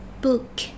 Book